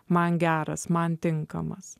man geras man tinkamas